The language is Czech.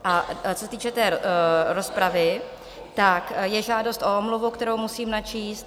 A co se týče té rozpravy, tak je žádost o omluvu, kterou musím načíst.